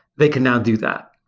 they can now do that.